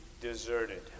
deserted